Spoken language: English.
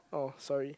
oh sorry